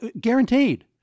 Guaranteed